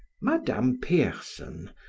madame pierson,